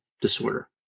disorder